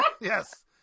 Yes